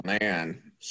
man